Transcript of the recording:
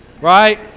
Right